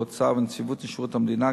האוצר ונציבות שירות המדינה,